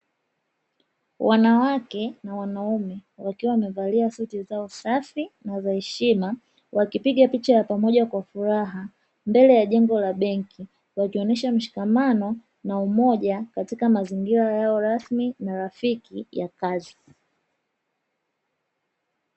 Wanawake kwa wanaume wakiwa wamevalia suti zenye usafi na heshima wakipiga picha ya pamoja mbele ya benki wakionyesha mshikamano wa heshima katika kazi